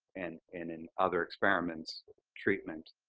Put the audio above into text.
and and in other experiments treatment